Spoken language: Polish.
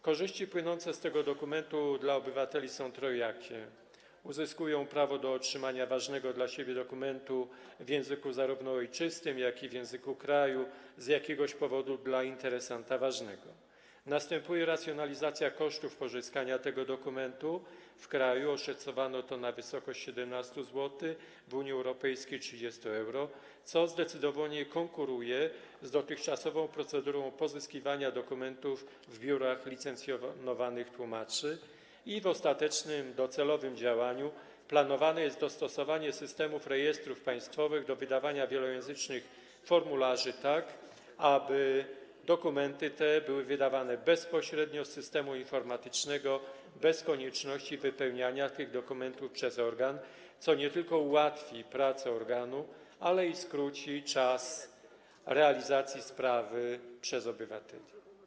Korzyści płynące z tego dokumentu dla obywateli są trojakie - uzyskują prawo do otrzymania ważnego dla siebie dokumentu w języku zarówno ojczystym, jak i w języku kraju z jakiegoś powodu dla interesanta ważnego, następuje racjonalizacja kosztów pozyskania tego dokumentu - w kraju oszacowano to na kwotę 17 zł, w Unii Europejskiej - 30 euro - co sprawie, że zdecydowanie konkuruje to z dotychczasową procedurą pozyskiwania dokumentów w biurach licencjonowanych tłumaczy, a ostateczne, docelowe planowane jest dostosowanie Systemu Rejestrów Państwowych do wydawania wielojęzycznych formularzy, tak aby dokumenty te były uzyskiwane bezpośrednio z systemu informatycznego bez konieczności wypełniania tych dokumentów przez organ, co nie tylko ułatwi pracę tego organu, ale i skróci czas realizacji sprawy dla obywateli.